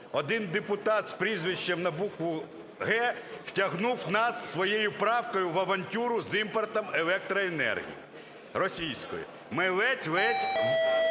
один депутат з прізвищем на букву "Г" втягнув нас своєю правкою в авантюру з імпортом електроенергії російської. Ми ледь-ледь